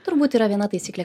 turbūt yra viena taisyklė